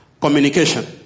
Communication